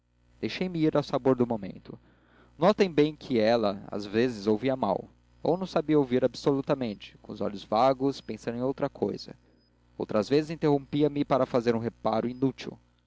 deixei-me ir ao sabor do momento notem bem que ela às vezes ouvia mal ou não sabia ouvir absolutamente mas com os olhos vagos pensando em outra cousa outras vezes interrompia me para fazer um reparo inútil